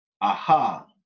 aha